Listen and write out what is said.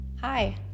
Hi